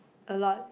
a lot